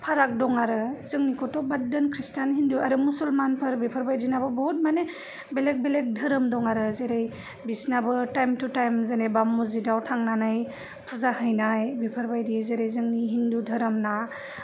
फाराग दं आरो जोंनिखौथ' बाद दोन खृीष्टान हिन्दु आर मसुलमानफोर बेफोर बायदिनाबो बहुत मानि बेलेग बेलेग धोरोम दं आरो जेरै बिसिनाबो तायेम थु तायेम जेनोबा मजिद आव थांनानै फुजा हैनाय बेफोर बायदि जेरै जोंनि हिन्दु धोरोमना